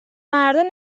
مردها